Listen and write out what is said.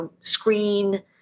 screen